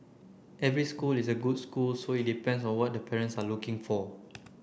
every school is a good school so it depends on what the parents are looking for